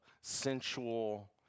sensual